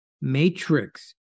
matrix